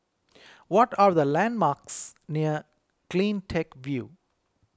what are the landmarks near CleanTech View